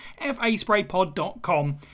faspraypod.com